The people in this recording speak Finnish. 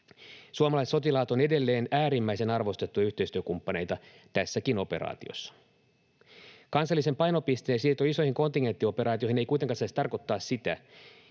Suomalaiset sotilaat ovat edelleen äärimmäisen arvostettuja yhteistyökumppaneita tässäkin operaatiossa. Kansallisen painopisteen siirto isoihin kontingenttioperaatioihin ei kuitenkaan saisi tarkoittaa sitä,